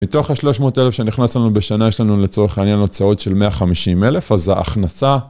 מתוך ה-300,000 שנכנס לנו בשנה, יש לנו לצורך העניין הוצאות של 150,000, אז ההכנסה...